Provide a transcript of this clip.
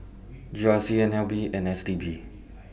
G R C N L B and S T B